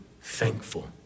thankful